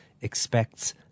expects